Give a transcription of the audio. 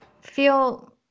feel